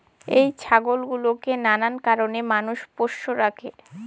এই ছাগল গুলোকে নানান কারণে মানুষ পোষ্য রাখে